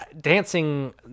Dancing